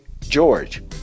George